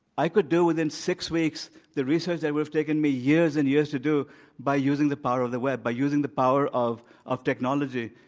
i could do within six weeks the research that would have taken me years and years to do by using the power of the web, by using the power of of technology,